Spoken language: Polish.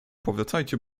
powracajcie